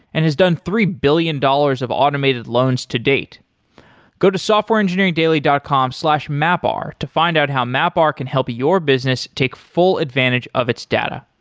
and has three billion dollars of automated loans to date go to softwareengineeringdaily dot com slash mapr to find out how mapr can help your business take full advantage of its data.